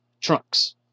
Trunks